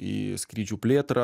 į skrydžių plėtrą